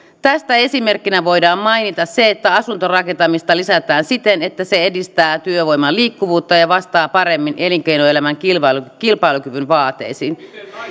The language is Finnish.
tästä esimerkkinä voidaan mainita se että asuntorakentamista lisätään siten että se edistää työvoiman liikkuvuutta ja ja vastaa paremmin elinkeinoelämän kilpailukyvyn vaateisiin